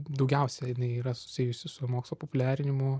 daugiausiai jinai yra susijusi su mokslo populiarinimu